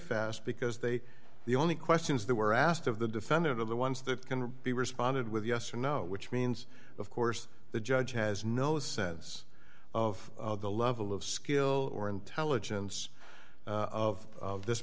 fast because they the only questions they were asked of the defendant of the ones that can be responded with yes or no which means of course the judge has no sense of the level of skill or intelligence of this